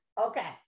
Okay